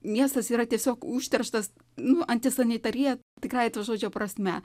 miestas yra tiesiog užterštas nu antisanitarija tikrąja to žodžio prasme